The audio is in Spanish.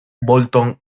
bolton